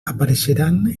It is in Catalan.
apareixeran